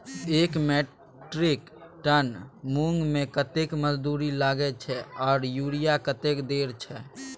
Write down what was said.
एक metric ton मूंग में कतेक मजदूरी लागे छै आर यूरिया कतेक देर छै?